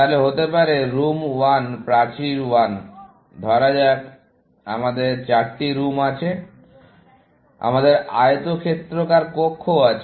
তারপর হতে পারে রুম 1 প্রাচীর 1 ধরা যাক আমাদের 4 টি রুম আছে আমাদের আয়তক্ষেত্রাকার কক্ষ আছে